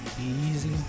Easy